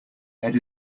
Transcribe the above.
head